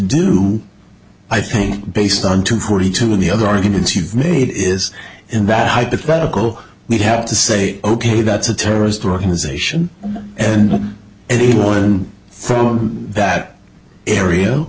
do i think based on two forty two of the other arguments you've made is in that hypothetical we'd have to say ok that's a terrorist organization and anyone from that area